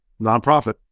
nonprofit